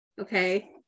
okay